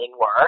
work